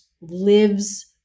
lives